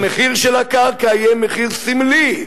המחיר של הקרקע יהיה מחיר סמלי,